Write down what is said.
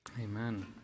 amen